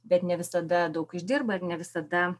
bet ne visada daug uždirba ir ne visada